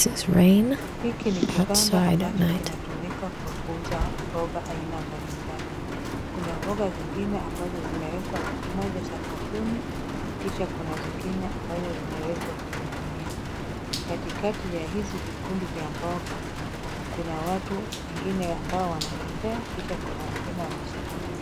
Hiki ni kibanda ambacho kinatumika Kwa kuuza mboga aina mbalimbali. Kuna mboga zingine ambazo zimewekwa pamoja sakafuni, kisha kuna zingine ambazo zimewekwa kwenye gunia. Katikati ya hizi vikundi vya mboga, kuna watu wengine ambao wanatembea kisha kuna wengine wamesimama tu.